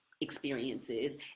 experiences